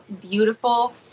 beautiful